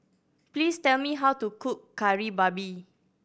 please tell me how to cook Kari Babi